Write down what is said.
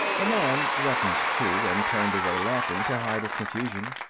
the man reddened, too, and turned away laughing to hide his confusion.